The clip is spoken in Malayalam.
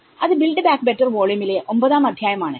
അത് ബിൽഡ് ബാക്ക് ബെറ്റർ വോളിയമിലെ ഒമ്പതാം അദ്ധ്യായം ആണ്